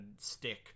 stick